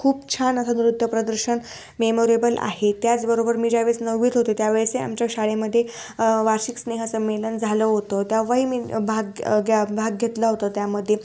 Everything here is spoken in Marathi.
खूप छान असं नृत्य प्रदर्शन मेमोरेबल आहे त्याचबरोबर मी ज्यावेळेस नववीत होते त्यावेळेसही आमच्या शाळेमध्ये वार्षिक स्नेहसंमेलन झालं होतं त्यातही मी भाग ग्या भाग घेतला होता त्यामध्ये